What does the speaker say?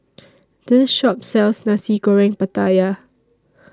This Shop sells Nasi Goreng Pattaya